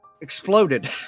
exploded